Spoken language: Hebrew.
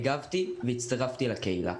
הגבתי והצטרפתי לקהילה.